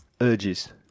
urges